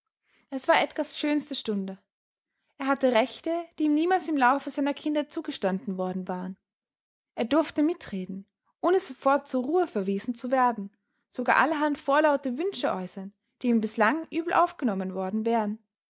es war edgars schönste stunde er hatte rechte die ihm niemals im laufe seiner kindheit zugestanden worden waren er durfte mitreden ohne sofort zur ruhe verwiesen zu werden sogar allerhand vorlaute wünsche äußern die ihm bislang übel aufgenommen worden wären